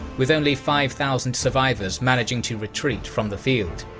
with only five thousand survivors managing to retreat from the field.